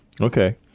Okay